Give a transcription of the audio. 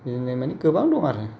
बिदिनो मानि गोबां दं आरो